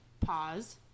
Pause